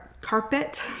carpet